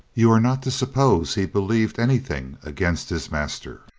you are not to suppose he believed anything against his master.